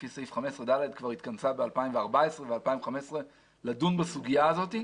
לפי סעיף 15(ד) כבר התכנסה ב-2014 וב-2015 לדון בסוגיה הזאת,